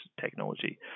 technology